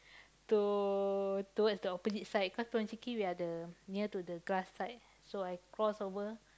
to towards the opposite side cause Pochinki we are the near to the grass side so I cross over